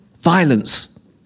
violence